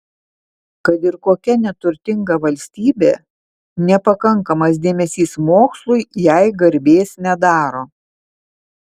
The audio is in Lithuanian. kad ir kokia neturtinga valstybė nepakankamas dėmesys mokslui jai garbės nedaro